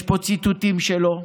יש פה ציטוטים שלו,